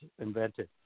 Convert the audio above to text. invented